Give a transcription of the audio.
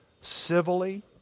civilly